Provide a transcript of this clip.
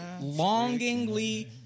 Longingly